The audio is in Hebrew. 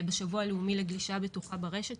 בשבוע הלאומי לגלישה בטוחה ברשת,